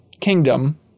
kingdom